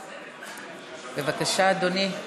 בבקשה, אדוני.